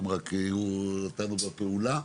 והם רק יראו אותנו בפעולה.